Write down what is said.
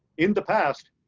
in the past,